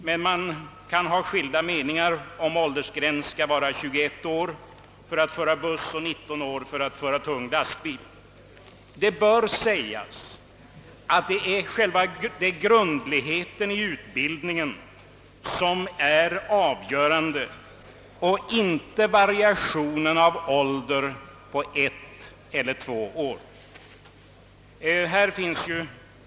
Men man kan ha skilda meningar om förslaget, att åldersgränsen skall vara 21 år för att föra buss och 19 år för att föra tung lastbil. Det bör framhållas att det är grundligheten i utbildningen som är avgörande och inte variationer i åldern på ett eller två år.